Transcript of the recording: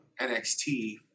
NXT